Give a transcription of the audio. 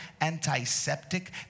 antiseptic